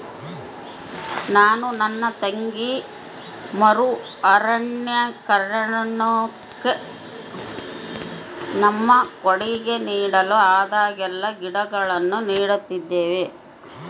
ನಾನು ನನ್ನ ತಂಗಿ ಮರು ಅರಣ್ಯೀಕರಣುಕ್ಕ ನಮ್ಮ ಕೊಡುಗೆ ನೀಡಲು ಆದಾಗೆಲ್ಲ ಗಿಡಗಳನ್ನು ನೀಡುತ್ತಿದ್ದೇವೆ